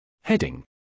Heading